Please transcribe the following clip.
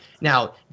Now